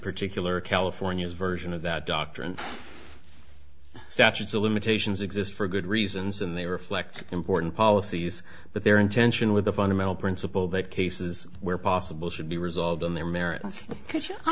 particular california's version of that doctrine statutes of limitations exist for good reasons and they reflect important policies but their intention with the fundamental principle that cases where possible should be resolved on their merit